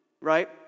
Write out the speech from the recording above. right